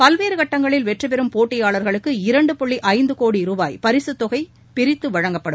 பல்வேறு கட்டங்களில் வெற்றி பெறும் போட்டியாளர்களுக்கு இரண்டு புள்ளி ஐந்து கோடி ரூபாய் பரிசுத்தொகை பிரித்து வழங்கப்படும்